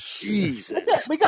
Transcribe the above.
Jesus